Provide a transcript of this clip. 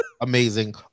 Amazing